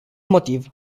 motiv